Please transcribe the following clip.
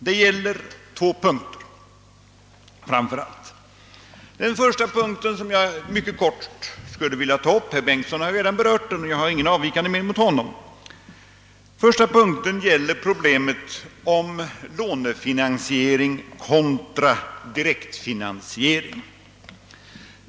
Det gäller framför allt två punkter. Den första punkten som jag mycket kort skulle vilja ta upp — herr Bengtson i Solna har redan berört den och min uppfattning avviker inte från hans — gäller problemet om lånefinansiering kontra direktfinansiering.